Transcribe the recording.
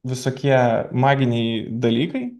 visokie maginiai dalykai